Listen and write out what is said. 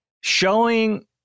Showing